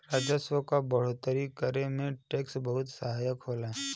राजस्व क बढ़ोतरी करे में टैक्स बहुत सहायक होला